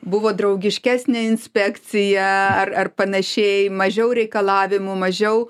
buvo draugiškesnė inspekcija ar ar panašiai mažiau reikalavimų mažiau